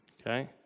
okay